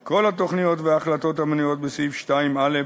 את כל התוכניות וההחלטות המנויות בסעיף 2(א)